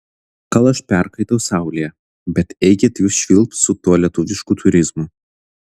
gal aš perkaitau saulėje bet eikit jūs švilpt su tuo lietuvišku turizmu